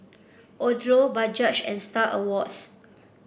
Odlo Bajaj and Star Awards